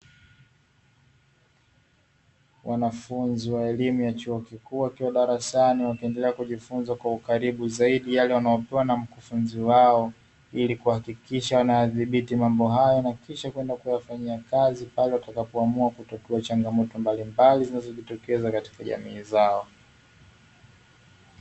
Wanafunzi wa elimu ya chuo kikuu wakiwa darasani wakiendelea kujifunza kwa ukaribu zaidi yale wanayopewa na mkufunzi wao ili kuhakikisha wanadhibiti mambo hayo na kisha kwenda kuyafanyia kazi pale watakapoamua kutatua changamoto mbalimbali zinazojitokeza katika jamii zao.